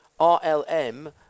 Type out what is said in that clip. RLM